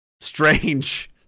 strange